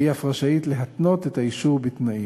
והיא אף רשאית להתנות את האישור בתנאים.